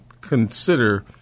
consider